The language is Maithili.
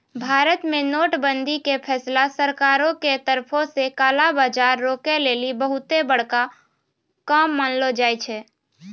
भारत मे नोट बंदी के फैसला सरकारो के तरफो से काला बजार रोकै लेली बहुते बड़का काम मानलो जाय छै